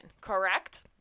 correct